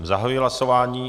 Zahajuji hlasování.